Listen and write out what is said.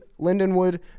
Lindenwood